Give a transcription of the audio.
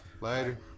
Later